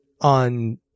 on